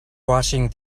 watching